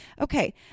Okay